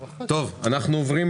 שלום רב, אני מתכבד לפתוח את הישיבה.